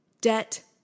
Debt